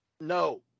No